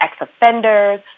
ex-offenders